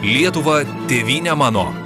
lietuva tėvyne mano